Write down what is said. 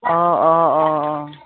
অঁ অঁ অঁ অঁ